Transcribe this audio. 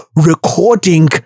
recording